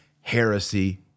heresy